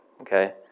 Okay